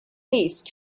least